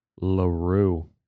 LaRue